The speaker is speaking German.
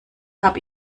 habe